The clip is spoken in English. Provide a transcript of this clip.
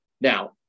Now